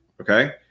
Okay